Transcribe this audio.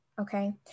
okay